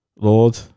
Lord